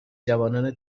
جوانان